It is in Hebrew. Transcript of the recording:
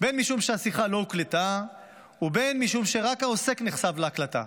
בין משום שהשיחה לא הוקלטה ובין משום שרק העוסק נחשף להקלטה.